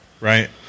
Right